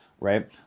right